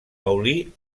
paulí